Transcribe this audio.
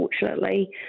unfortunately